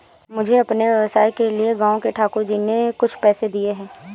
मुझे अपने व्यवसाय के लिए गांव के ठाकुर जी ने कुछ पैसे दिए हैं